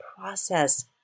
process